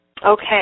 Okay